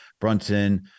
brunson